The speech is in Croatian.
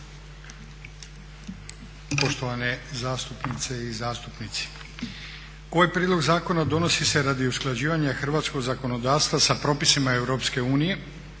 Poštovane zastupnice i zastupnici. Ovaj prijedlog zakona donosi se radi usklađivanja hrvatskog zakonodavstva sa propisima EU. Naime,